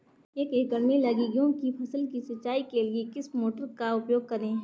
एक एकड़ में लगी गेहूँ की फसल की सिंचाई के लिए किस मोटर का उपयोग करें?